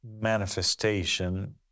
manifestation